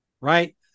right